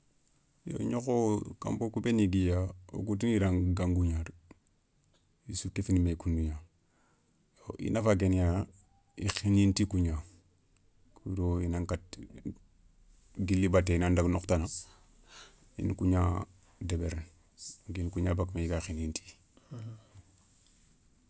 Gnokho kanpo kou béni guiya wo kou tini da gango gna. i sou kéfini mé koundou gna, i nafa ké niya, i khinini ti kougna kou do i nan katta guili batté i nan daga nokhou tana, i ni kou gna deberini, i ni kougna bakamé i ga khinini tiya